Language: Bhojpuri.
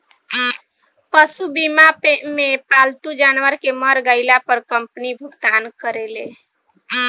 पशु बीमा मे पालतू जानवर के मर गईला पर कंपनी भुगतान करेले